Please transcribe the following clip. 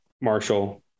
Marshall